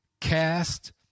Cast